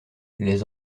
les